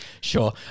sure